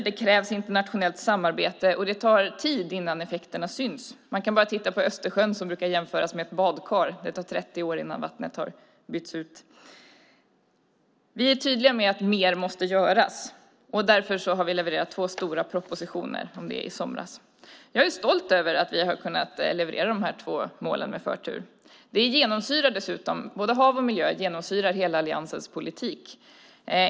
Det krävs internationellt samarbete, och det tar tid innan effekterna syns. Man kan bara titta på Östersjön, som brukar jämföras med ett badkar. Det tar 30 år innan vattnet har bytts ut. Vi är tydliga med att mer måste göras. Därför har vi levererat två stora propositioner om det i somras. Jag är stolt över att vi har kunnat leverera de här två målen med förtur. Både hav och miljö genomsyrar dessutom hela alliansens politik.